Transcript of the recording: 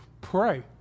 pray